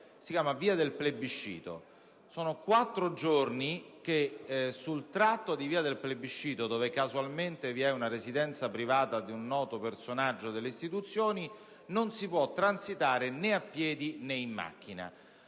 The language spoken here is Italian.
si chiama via del Plebiscito. Sono quattro giorni che sul tratto di via del Plebiscito dove casualmente vi è la residenza privata di un noto personaggio delle istituzioni non si può transitare né a piedi né in macchina.